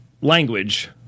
language